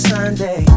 Sunday